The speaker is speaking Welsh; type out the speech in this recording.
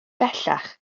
bellach